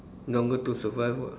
don't go to survival